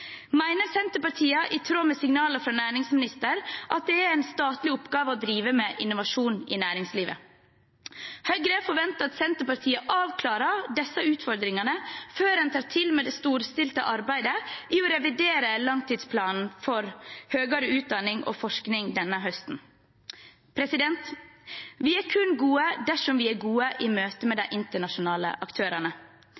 Senterpartiet, i tråd med signalene fra næringsministeren, at det er en statlig oppgave å drive med innovasjon i næringslivet? Høyre forventer at Senterpartiet avklarer disse utfordringene før en tar til med det storstilte arbeidet med å revidere langtidsplanen for høyere utdanning og forskning denne høsten. Vi er kun gode dersom vi er gode i møte med de